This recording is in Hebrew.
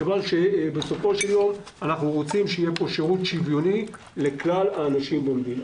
בסופו של יום אנחנו רוצים שיהיה פה שירות שוויוני לכלל האנשים במדינה.